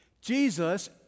Jesus